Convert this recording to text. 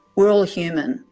we're all human.